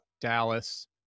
dallas